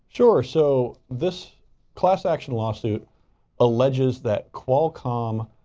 sure. so this class action lawsuit alleges that qualcomm